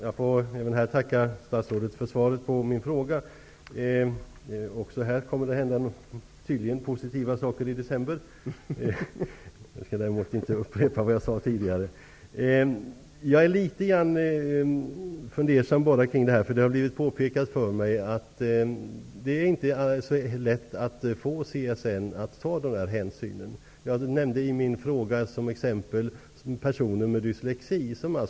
Herr talman! Jag tackar statsrådet för svaret på min fråga. Även när det gäller denna fråga kommer det tydligen att hända positiva saker i december. Jag skall dock inte upprepa vad jag sade tidigare. Jag är dock litet fundersam, eftersom det har påpekats för mig att det inte är så lätt att få CSN att ta sådan hänsyn. I min fråga tog jag personer med dyslexi som exempel.